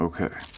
Okay